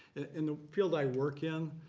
in the field i work in,